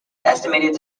estimated